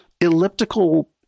elliptical